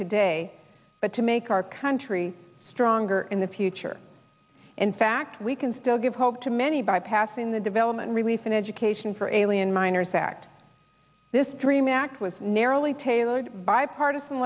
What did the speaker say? today but to make our country stronger in the future in fact we can still give hope to many by passing the development relief and education for a billion minors act this dream act was narrowly tailored bipartisan